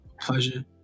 pleasure